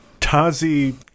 Tazi